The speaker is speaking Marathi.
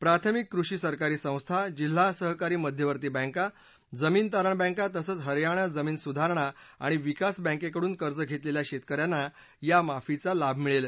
प्राथमिक कृषी सरकारी संस्था जिल्हा सहकारी मध्यवर्ती बँका जमीन तारण बँका तसंच हरयाणा जमीन सुधारणा आणि विकास बँकेकडून कर्ज घेतलेल्या शेतक यांना या माफीचा लाभ मिळेल